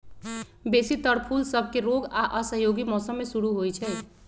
बेशी तर फूल सभके रोग आऽ असहयोगी मौसम में शुरू होइ छइ